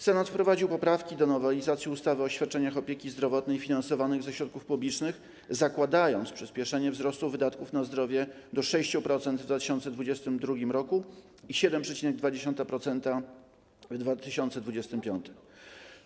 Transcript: Senat wprowadził poprawki do nowelizacji ustawy o świadczeniach opieki zdrowotnej finansowanych ze środków publicznych, zakładając przyspieszenie wzrostu wydatków na zdrowie do 6% w 2022 r. i 7,2% w 2025 r.